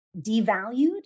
devalued